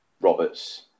Robert's